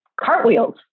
Cartwheels